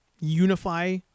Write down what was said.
unify